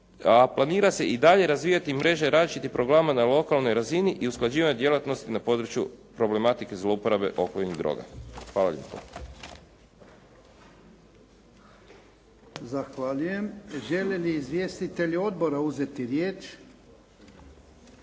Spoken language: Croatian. planira se i dalje razvijati mreže različitih programa na lokalnoj razini i usklađivanje djelatnosti na području problematike zlouporabe opojnih droga. Hvala lijepo. **Jarnjak, Ivan (HDZ)** Zahvaljujem. Žele li izvjestitelji odbora uzeti riječ?